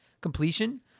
completion